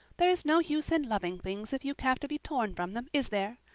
there is no use in loving things if you have to be torn from them, is there?